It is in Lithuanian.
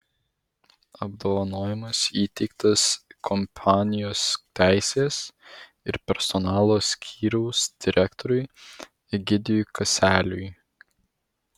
apdovanojimas įteiktas kompanijos teisės ir personalo skyriaus direktoriui egidijui kaseliui